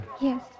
Yes